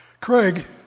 Craig